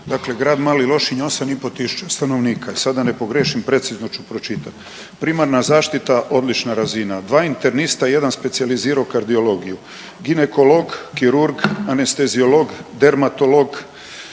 Dakle, grad Mali Lošinj 8 i pol tisuća stanovnika. I sad da ne pogriješim precizno ću pročitati. Primarna zaštita odlična razina dva internista, jedan specijalizirao kardiologiju. Ginekolog, kirurg, anesteziolog, dermatolog,